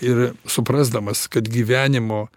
ir suprasdamas kad gyvenimo